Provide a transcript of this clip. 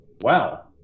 Wow